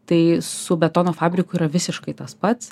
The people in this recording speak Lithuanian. tai su betono fabriku yra visiškai tas pats